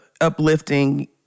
uplifting